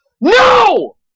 No